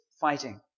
fighting